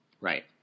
Right